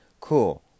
cool